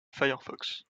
firefox